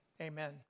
amen